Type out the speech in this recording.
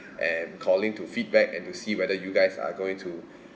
am calling to feedback and to see whether you guys are going to